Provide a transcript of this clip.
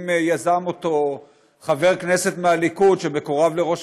אם יזם אותו חבר כנסת מהליכוד שמקורב לראש